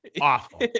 awful